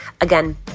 Again